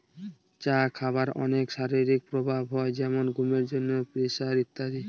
চা খাবার অনেক শারীরিক প্রভাব হয় যেমন ঘুমের জন্য, প্রেসার ইত্যাদি